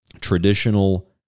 traditional